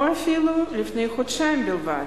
או אפילו לפני חודשיים בלבד.